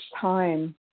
time